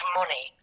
money